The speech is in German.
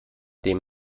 dem